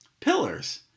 pillars